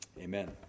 Amen